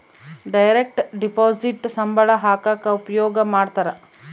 direct deposit ಸಂಬಳ ಹಾಕಕ ಉಪಯೋಗ ಮಾಡ್ತಾರ